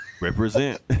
Represent